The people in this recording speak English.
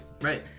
Right